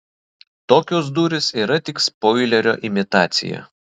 tokios durys yra tik spoilerio imitacija